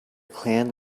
clan